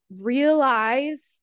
realize